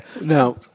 Now